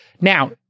Now